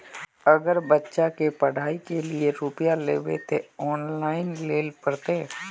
अगर बच्चा के पढ़ाई के लिये रुपया लेबे ते ऑनलाइन लेल पड़ते?